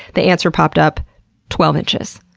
the answer popped up twelve inches.